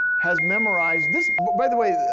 has memorized this, by the way,